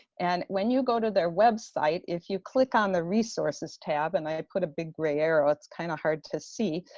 and when you go to their website, if you click on the resources tab, and i put a big grey arrow, it's kind of hard to see,